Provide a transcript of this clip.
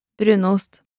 Brunost